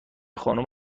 خانم